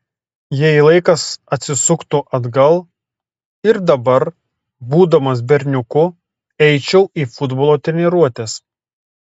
jei laikas atsisuktų atgal ir dabar būdamas berniuku eičiau į futbolo treniruotes